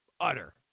utter